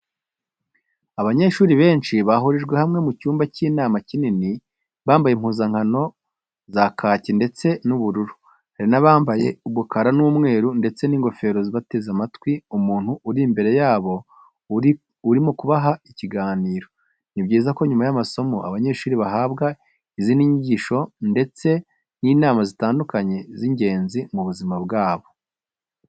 Abanyeshuri benshi bahurijwe hamwe mu cyumba cy'inama kinini, bambaye impuzankano za kaki ndetse n'ubururu, hari n'abambaye umukara n'umweru ndetse n'ingofero bateze amatwi umuntu uri imbere yabo urimo kubaha ikiganiro. Ni byiza ko nyuma y'amasomo abanyeshuri bahabwa izindi nyigisho ndetse n'inama zitandukanye z'ingenzi mu buzima bwabo.